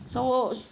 so